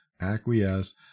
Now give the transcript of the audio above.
acquiesce